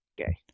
Okay